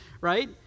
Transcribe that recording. right